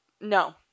No